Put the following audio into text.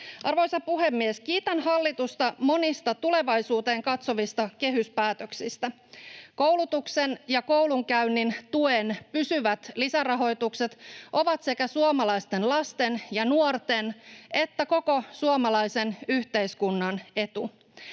Arvoisa puhemies! Kiitän hallitusta monista tulevaisuuteen katsovista kehyspäätöksistä. Koulutuksen ja koulunkäynnin tuen pysyvät lisärahoitukset ovat sekä suomalaisten lasten ja nuorten että koko suomalaisen yhteiskunnan etu.